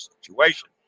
situation